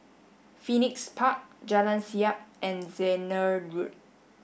Phoenix Park Jalan Siap and Zehnder Road